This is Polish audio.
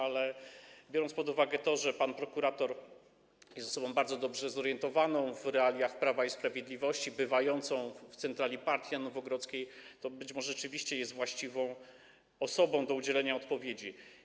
Ale biorąc pod uwagę to, że pan prokurator jest osobą bardzo dobrze zorientowaną w realiach Prawa i Sprawiedliwości, bywającą w centrali partii na Nowogrodzkiej, być może rzeczywiście jest osobą właściwą do udzielenia odpowiedzi.